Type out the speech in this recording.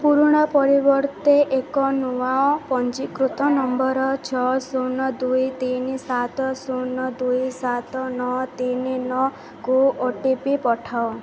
ପୁରୁଣା ପରିବର୍ତ୍ତେ ଏକ ନୂଆ ପଞ୍ଜୀକୃତ ନମ୍ବର୍ ଛଅ ଶୂନ ଦୁଇ ତିନି ସାତ ଶୂନ ଦୁଇ ସାତ ନଅ ତିନି ନଅକୁ ଓ ଟି ପି ପଠାଅ